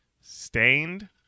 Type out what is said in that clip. Stained